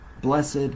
blessed